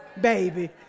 baby